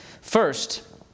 First